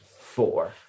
four